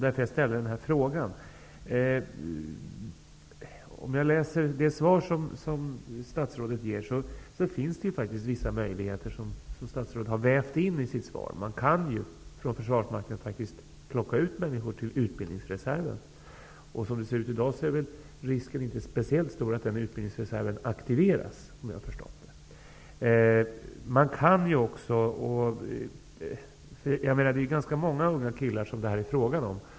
Därför ställde jag min fråga. Statsrådet har vävt in vissa möjligheter i sitt svar. Försvarsmakten kan faktiskt plocka ut människor till utbildningsreserven. Som det ser ut i dag är väl risken inte speciellt stor att den utbildningsreserven aktiveras. Det gäller här ganska många unga killar.